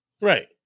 Right